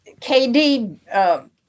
KD